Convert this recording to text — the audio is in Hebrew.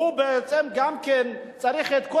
הוא בעצם גם כן צריך את כל